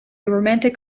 romantic